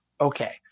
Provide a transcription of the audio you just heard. Okay